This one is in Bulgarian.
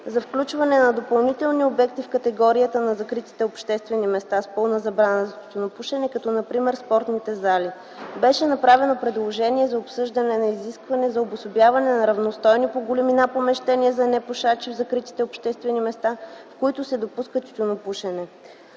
за включване на допълнителни обекти в категорията на закритите обществени места с пълна забрана за тютюнопушене, като например спортните зали. Беше направено предложение за обсъждане на изискване за обособяване на равностойни по големина помещения за непушачи в закритите обществени места, в които се допуска тютюнопушене.